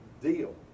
deal